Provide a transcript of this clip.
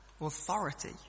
Authority